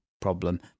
problem